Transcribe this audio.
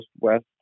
west